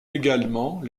également